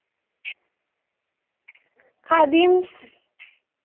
Khadims